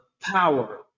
power